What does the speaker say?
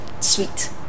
Sweet